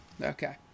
Okay